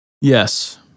Yes